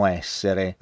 essere